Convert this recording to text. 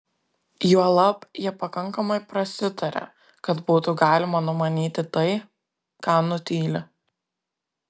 juolab jie pakankamai prasitaria kad būtų galima numanyti tai ką nutyli